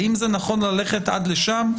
האם נכון ללכת עד לשם?